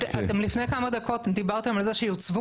אתם לפני כמה דקות דיברתם על זה שיוצבו